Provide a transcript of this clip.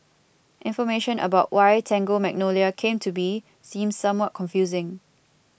information about why Tango Magnolia came to be seems somewhat confusing